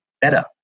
better